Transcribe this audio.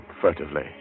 furtively